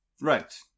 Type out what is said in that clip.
Right